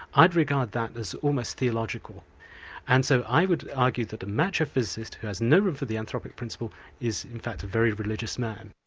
i'd regard that as almost theological and so i would argue that a macho physicist who has no room the anthropic principle is in fact a very religious man.